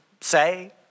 say